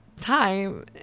time